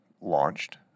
launched